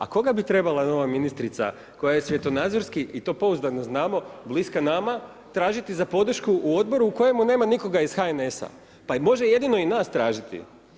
A koga bi trebala nova ministrica koja je svjetonazorski i to pouzdano znamo bliska nama tražiti za podršku u Odboru u kojemu nema nikoga iz HNS-a pa i može jedino i nas tražiti.